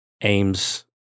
Aims